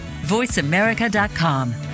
voiceamerica.com